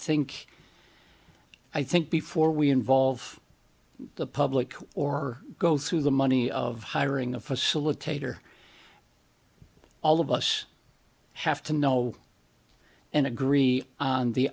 think i think before we involve the public or go through the money of hiring a facilitator all of us have to know and agree on the